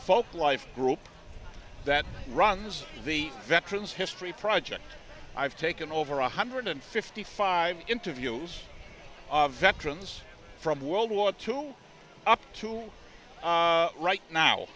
folk life group that runs the veterans history project i've taken over one hundred fifty five interviews of veterans from world war two up to right now